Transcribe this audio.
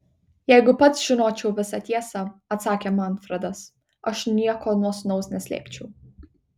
jeigu pats žinočiau visą tiesą atsakė manfredas aš nieko nuo sūnaus neslėpčiau